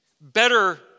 Better